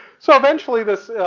so eventually this,